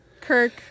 Kirk